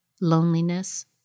Loneliness